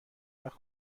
وقت